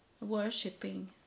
worshipping